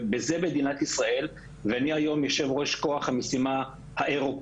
אני היום יושב ראש כוח המשימה האירופאי